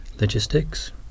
logistics